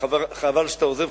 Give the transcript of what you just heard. חבל שאתה עוזב,